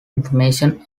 information